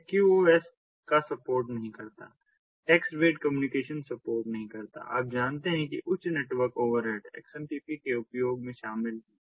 यह QOS का support नहीं करता है टेक्स्ट बेस्ड कम्युनिकेशन सपोर्ट नहीं करता आप जानते हैं कि उच्च नेटवर्क ओवरहेड्स XMPP के उपयोग में शामिल हैं